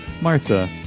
Martha